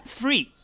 Three